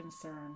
concern